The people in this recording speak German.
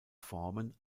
formen